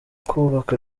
kubaka